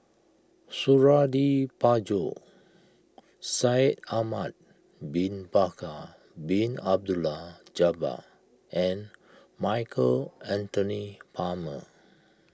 Suradi Parjo Shaikh Ahmad Bin Bakar Bin Abdullah Jabbar and Michael Anthony Palmer